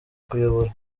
kuyobora